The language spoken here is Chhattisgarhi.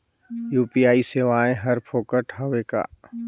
यू.पी.आई सेवाएं हर फोकट हवय का?